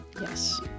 Yes